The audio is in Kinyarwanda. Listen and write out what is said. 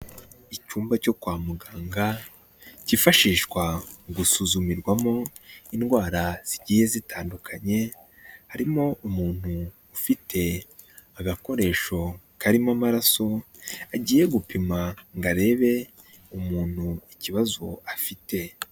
Icyumba cyo kwa muganga, kifashishwa mu gusuzumirwamo indwara zigiye zitandukanye, harimo umuntu ufite agakoresho karimo amaraso, agiye gupima ngo arebe umuntu ikibazo afite.